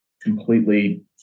completely